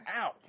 Ow